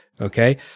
okay